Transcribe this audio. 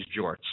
jorts